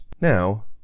Now